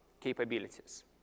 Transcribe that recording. capabilities